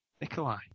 Nikolai